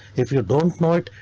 if you don't know it,